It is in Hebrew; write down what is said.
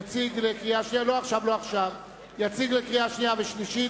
יציג הצעת חוק לקריאה שנייה ושלישית,